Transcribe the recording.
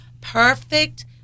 Perfect